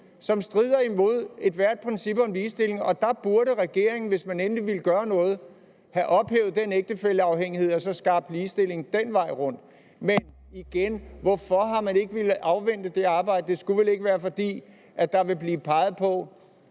som strider imod ethvert princip om ligestilling, og der burde regeringen, hvis man endelig ville gøre noget, have ophævet den ægtefælleafhængighed og skabt ligestilling den vej rundt. Men igen er spørgsmålet: Hvorfor ville man ikke afvente det arbejde? Det skulle vel ikke være, fordi der vil blive peget på,